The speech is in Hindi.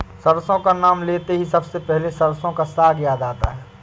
सरसों का नाम लेते ही सबसे पहले सरसों का साग याद आता है